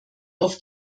auf